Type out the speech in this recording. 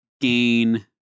gain